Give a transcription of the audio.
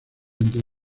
entre